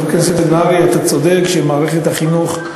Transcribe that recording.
חבר הכנסת נהרי, אתה צודק שמערכת החינוך,